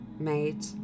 made